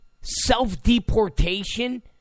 self-deportation